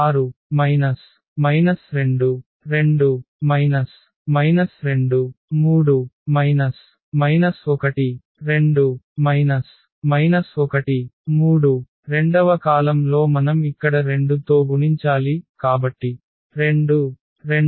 A 6 2 2 2 3 1 2 1 3 రెండవ column లో మనం ఇక్కడ 2 తో గుణించాలి కాబట్టి 2 2 8